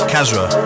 Kazra